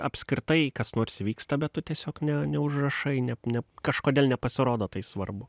apskritai kas nors vyksta bet tu tiesiog ne neužrašai ne ne kažkodėl nepasirodo tai svarbu